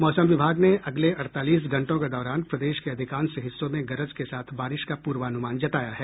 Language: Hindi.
मौसम विभाग ने अगले अड़तालीस घंटों के दौरान प्रदेश के अधिकांश हिस्सों में गरज के साथ बारिश का पूर्वानुमान जताया है